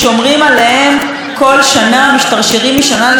משתרשרים משנה לשנה בתקציב המדינה.